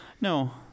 no